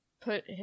put